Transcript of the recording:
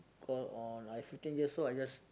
call on I fifteen years old I just